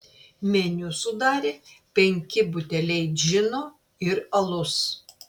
meniu sudarė penki buteliai džino ir alus